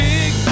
Big